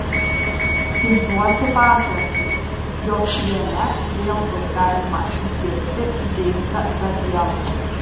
išduosiu paslaptį jog jame vėl bus galima išgirsti džeimsą zabielą